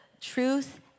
truth